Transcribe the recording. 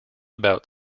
about